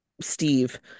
Steve